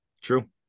True